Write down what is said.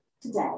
today